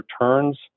returns